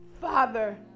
Father